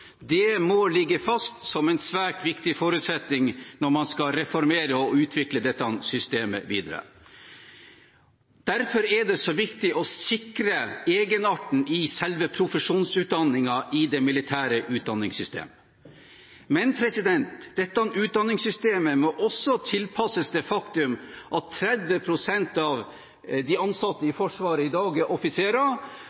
Det må ligge fast som en svært viktig forutsetning når man skal reformere og utvikle dette systemet videre. Derfor er det så viktig å sikre egenarten i selve profesjonsutdanningen i det militære utdanningssystemet. Men dette utdanningssystemet må også tilpasses det faktum at 30 pst. av de ansatte i